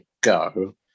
go